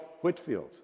Whitfield